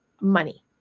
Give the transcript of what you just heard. money